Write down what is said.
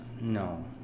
No